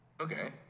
Okay